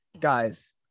guys